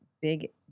big